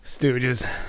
Stooges